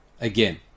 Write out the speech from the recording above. Again